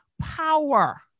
power